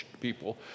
people